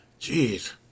Jeez